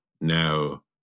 now